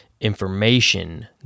information